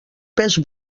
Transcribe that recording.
pes